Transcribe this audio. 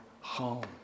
home